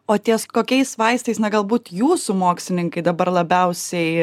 o ties kokiais vaistais na galbūt jūsų mokslininkai dabar labiausiai